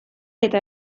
eta